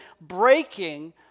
breaking